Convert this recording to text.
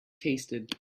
tasted